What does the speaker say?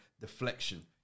deflection